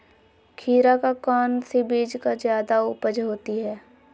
खीरा का कौन सी बीज का जयादा उपज होती है?